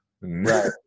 right